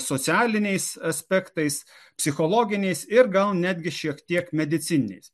socialiniais aspektais psichologiniais ir gal netgi šiek tiek medicininiais